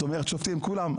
שופטים, כולם.